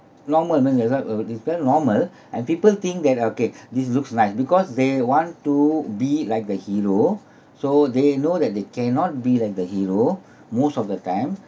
normal mean that's why uh is that normal and people think that okay this looks nice because they want to be like the hero so they know that they cannot be like the hero most of the time